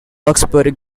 roxbury